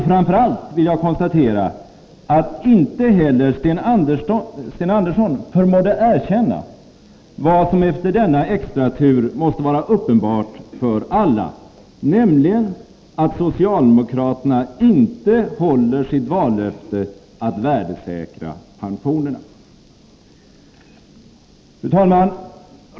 Framför allt vill jag konstatera att inte heller Sten Andersson förmådde erkänna det som efter denna extratur måste vara uppenbart för alla, nämligen att socialdemokraterna inte håller sitt vallöfte att värdesäkra pensionerna. Fru talman!